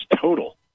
total